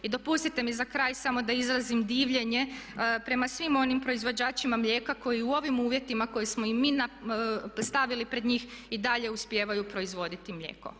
I dopustite mi za kraj samo da izrazim divljenje prema svim onim proizvođačima mlijeka koji u ovim uvjetima koje smo i mi stavili pred njih i dalje uspijevaju proizvoditi mlijeko.